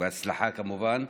בהצלחה כמובן.